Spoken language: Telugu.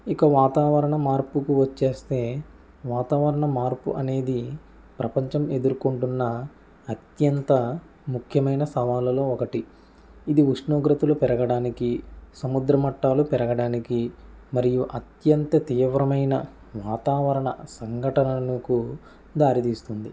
ఇక వాతావరణ మార్పుకు వచ్చేస్తే వాతావరణ మార్పు అనేది ప్రపంచం ఎదుర్కొంటున్న అత్యంత ముఖ్యమైన సవాలలో ఒకటి ఇది ఉష్ణోగ్రతలు పెరగడానికి సముద్రమట్టాలు పెరగడానికి మరియు అత్యంత తీవ్రమైన వాతావరణ సంఘటనలకు దారి తీస్తుంది